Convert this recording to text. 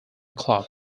club